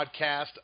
podcast